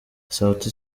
sauti